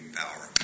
power